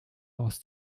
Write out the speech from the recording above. aus